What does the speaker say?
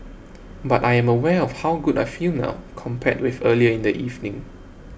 but I am aware of how good I feel now compared with earlier in the evening